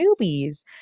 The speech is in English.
newbies